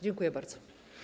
Dziękuję bardzo.